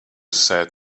said